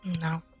No